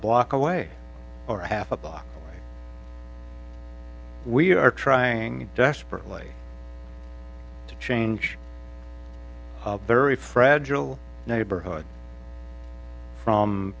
block away or half a block we are trying desperately to change very fragile neighborhood from